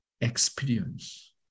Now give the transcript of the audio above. Experience